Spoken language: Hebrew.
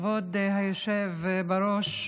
כבוד היושב-ראש,